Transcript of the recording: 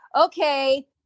Okay